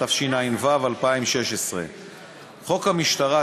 התשע"ו 2016. חוק המשטרה,